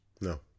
No